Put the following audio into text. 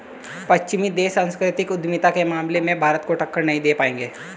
पश्चिमी देश सांस्कृतिक उद्यमिता के मामले में भारत को टक्कर नहीं दे पाएंगे